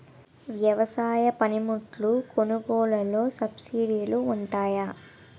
వ్యవసాయ పనిముట్లు కొనుగోలు లొ సబ్సిడీ లు వుంటాయా?